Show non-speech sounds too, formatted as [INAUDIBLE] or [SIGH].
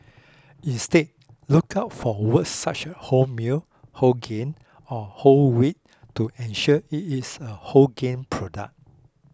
[NOISE] instead look out for words such as wholemeal whole grain or whole wheat to ensure it is a wholegrain product